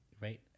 right